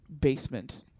basement